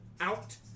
out